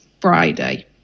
Friday